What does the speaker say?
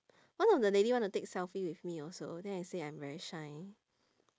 one of the lady want to take selfie with me also then I say I'm very shy